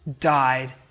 died